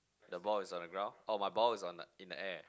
the ball is on the ground oh my ball is on the in the air